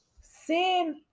Sin